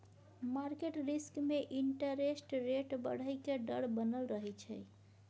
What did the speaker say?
market risk में interest rate बढ़इ के डर बनल रहइ छइ